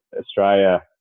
Australia